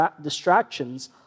distractions